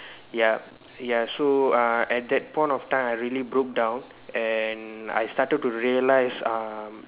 yup ya so uh at that point of time I really broke down and I started to realise um